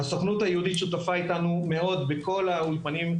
הסוכנות היהודית שותפה איתנו מאוד בכל האולפנים,